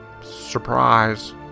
Surprise